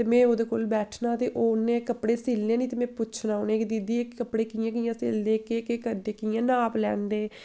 ते में ओह्दे कोल बैठना ते ओह् उ'न्नै कपड़े सिलने नी ते में पुच्छना उ'नें गी कि दीदी एह् कपड़े कि'यां कि'यां सिलदे केह् केह् करदे कि'यां नाप लैंदे